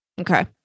Okay